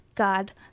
God